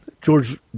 George